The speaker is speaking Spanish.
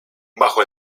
bajo